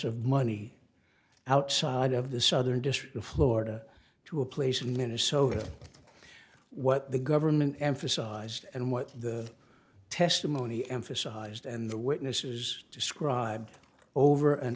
of money outside of the southern district of florida to a place in minnesota what the government emphasized and what the testimony emphasized and the witnesses describe over and